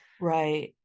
Right